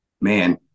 man